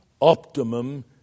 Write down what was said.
Optimum